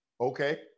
Okay